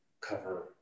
cover